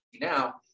now